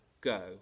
go